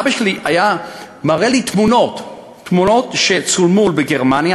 אבא שלי היה מראה לי תמונות שצולמו בגרמניה,